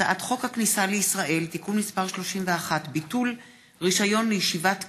הצעת חוק הכניסה לישראל (תיקון מס' 31) (ביטול רישיון לישיבת קבע),